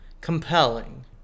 Compelling